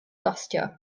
gostio